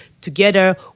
together